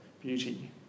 beauty